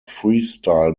freestyle